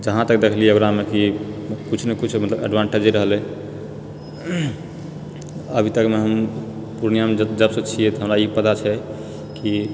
जहाँतक देखलिए ओकरामे कि किछु ने किछु मतलब एडवांटेजए रहलेै हँ अभीतकमे हम पूर्णियाँमे जबसँ छिए तऽ हमरा ई पता छै कि